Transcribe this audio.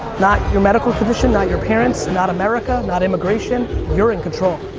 not your medical condition not your parents not america not immigration you're in control